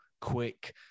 quick